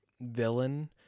villain